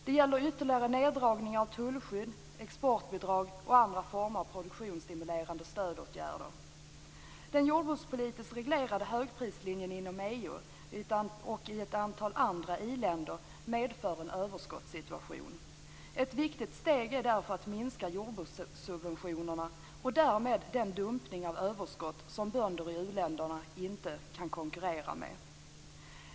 Det gäller ytterligare neddragningar av tullskydd, exportbidrag och andra former av produktionsstimulerande stödåtgärder. Den jordbrukspolitiskt reglerade högprislinjen inom EU och i ett antal andra i-länder medför en överskottssituation. Ett viktigt steg är därför att minska jordbrukssubventionerna och därmed den dumpning av överskott som bönder i u-länderna inte kan konkurrera med.